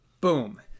Boom